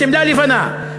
שמלה לבנה,